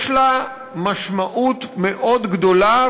יש לה משמעות מאוד גדולה,